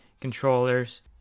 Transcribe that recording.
controllers